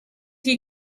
you